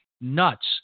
Nuts